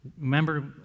Remember